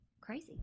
crazy